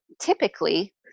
typically